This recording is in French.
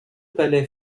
palais